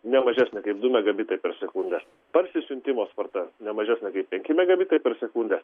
ne mažesnė kaip du megabitai per sekundę parsisiuntimo sparta nemažesnė kaip penki megabitai per sekundę